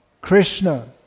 Krishna